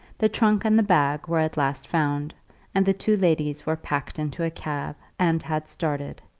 the trunk and the bag were at last found and the two ladies were packed into a cab, and had started.